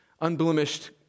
unblemished